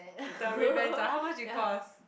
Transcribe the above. the ray-bans ah how much it cost